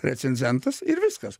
recenzentas ir viskas